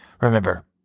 Remember